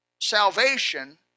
salvation